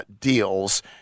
deals